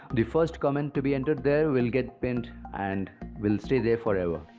the first comment to be entered there will get pinned and will stay there forever.